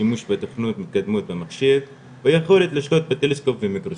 שימוש בתוכנות מתקדמות במחשב ויכולת לשלוט בטלסקופ במיקרוסקופ,